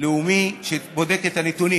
לאומי שבודק את הנתונים.